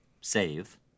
save